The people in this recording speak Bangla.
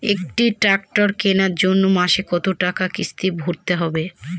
একটি ট্র্যাক্টর কেনার জন্য মাসে কত টাকা কিস্তি ভরতে হবে?